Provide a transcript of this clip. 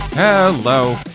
Hello